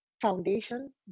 foundation